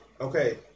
Okay